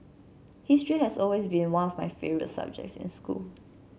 history has always been one of my favourite subjects in school